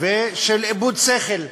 ושל איבוד שכל.